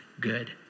good